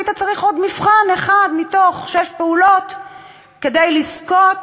שהיית צריך עוד מבחן אחד מתוך שש פעולות כדי לזכות